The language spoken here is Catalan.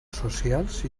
socials